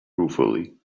ruefully